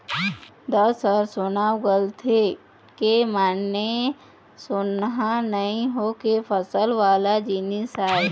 देस ह सोना उगलथे के माने सोनहा नइ होके फसल वाला जिनिस आय